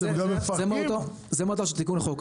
זה מוטו של תיקון חוק,